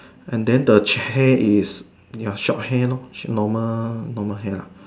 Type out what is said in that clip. and then the chair is ya short hair lo normal normal hair lah